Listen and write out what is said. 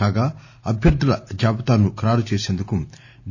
కాగా అభ్యర్దుల జాబితాను ఖరారు చేసేందుకు డి